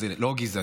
זאת לא גזענות,